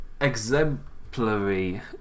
exemplary